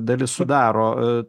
dalis sudaro